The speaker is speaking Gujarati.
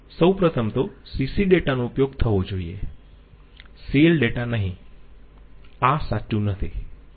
સૌ પ્રથમ તો CC ડેટા નો ઉપયોગ થવો જોઈયે CL ડેટા નહીં આ સાચું નથી